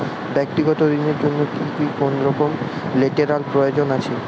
ব্যাক্তিগত ঋণ র জন্য কি কোনরকম লেটেরাল প্রয়োজন আছে?